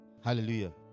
hallelujah